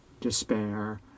despair